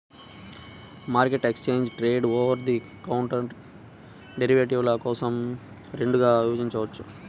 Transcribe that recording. మార్కెట్ను exchange traded, over the counter డెరివేటివ్ల కోసం రెండుగా విభజించవచ్చు